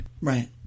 Right